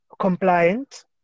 compliant